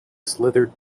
slithered